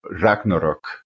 Ragnarok